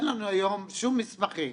אין לנו היום שום מסמכים.